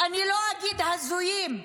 אני לא אגיד הזויים,